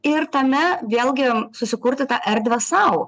ir tame vėlgi susikurti tą erdvę sau